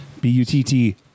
B-U-T-T